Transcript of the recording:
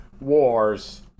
wars